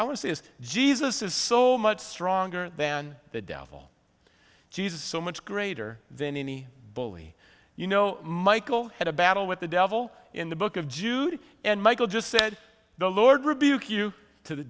say is jesus is so much stronger than the devil jesus so much greater than any bully you know michael had a battle with the devil in the book of judas and michael just said the lord rebuke you to the